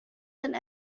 and